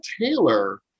Taylor